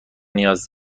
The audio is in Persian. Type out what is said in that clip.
نیاز